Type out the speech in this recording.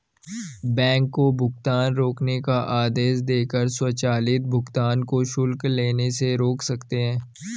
bank को भुगतान रोकने का आदेश देकर स्वचालित भुगतान को शुल्क लेने से रोक सकते हैं